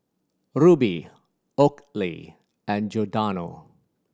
Rubi Oakley and Giordano